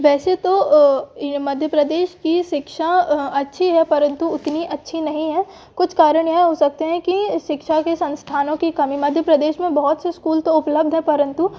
वैसे तो इन मध्य प्रदेश की शिक्षा अच्छी है परन्तु उतनी अच्छी नहीं है कुछ कारण यह हो सकते हैं की शिक्षा के संस्थानों की कमी मध्य प्रदेश में बहुत से स्कूल तो उपलब्ध है परन्तु